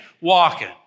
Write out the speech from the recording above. walking